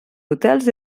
hotels